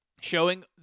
showing